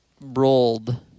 rolled